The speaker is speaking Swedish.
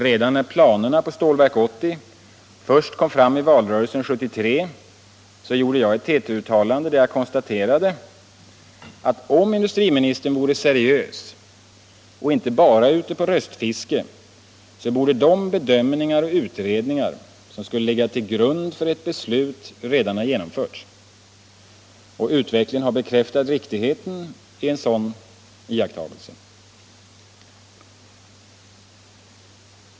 Redan när planerna på Stålverk 80 först kom fram i valrörelsen 1973 gjorde jag ett TT-uttalande, där jag konstaterade att om industriministern vore seriös och inte bara ute på röstfiske borde de bedömningar och utredningar som skulle ligga till grund för ett beslut redan ha genomförts. Utvecklingen har bekräftat riktigheten i en sådan iakttagelse.